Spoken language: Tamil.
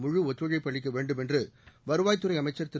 முழுஒத்துழைப்பு அளிக்க வேண்டும் என்று வருவாய்த்துறை அமைச்சர் திரு